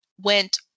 went